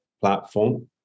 platform